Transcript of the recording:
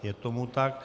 Je tomu tak.